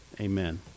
Amen